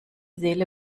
seele